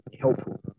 helpful